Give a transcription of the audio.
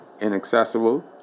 inaccessible